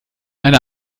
eine